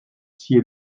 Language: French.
sied